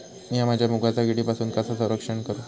मीया माझ्या मुगाचा किडीपासून कसा रक्षण करू?